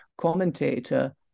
commentator